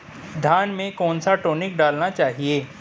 धान में कौन सा टॉनिक डालना चाहिए?